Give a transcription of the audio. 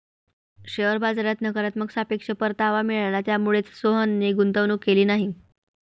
share बाजारात नकारात्मक सापेक्ष परतावा मिळाला, त्यामुळेच सोहनने गुंतवणूक केली नाही